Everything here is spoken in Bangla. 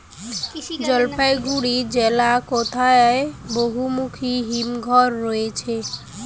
জলপাইগুড়ি জেলায় কোথায় বহুমুখী হিমঘর রয়েছে?